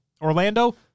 Orlando